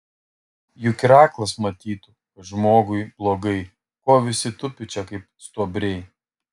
juk ir aklas matytų kad žmogui blogai ko visi tupi čia kaip stuobriai